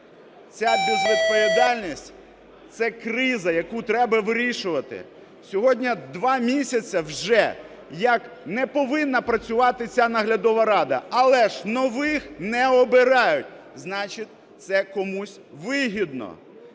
Ця безвідповідальність – це криза, яку треба вирішувати. Сьогодні два місяці вже як не повинна працювати ця наглядова рада. Але ж нових не обирають, значить, це комусь вигідно.